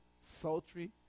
sultry